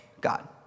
God